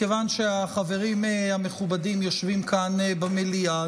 מכיוון שהחברים המכובדים יושבים כאן במליאה,